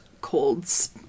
colds